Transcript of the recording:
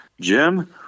Jim